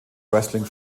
wrestling